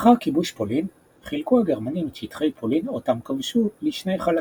לאחר כיבוש פולין חילקו הגרמנים את שטחי פולין אותם כבשו לשני חלקים.